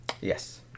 Yes